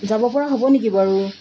যাব পৰা হ'ব নেকি বাৰু